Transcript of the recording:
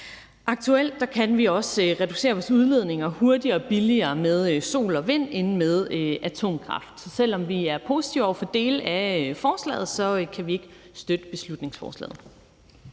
Aktuelt kan vi også reducere vores udledninger hurtigere og billigere med energi fra sol og vind end fra atomkraft, så selv om vi er positive over for dele af det, kan vi ikke støtte beslutningsforslaget.